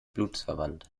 blutsverwandt